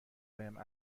بهم